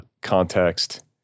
context